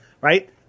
right